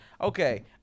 Okay